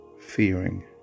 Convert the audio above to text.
fearing